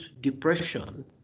depression